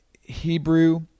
Hebrew